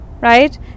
right